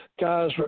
Guys